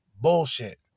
bullshit